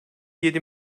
yedi